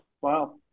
Wow